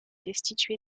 destitué